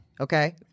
Okay